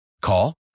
Call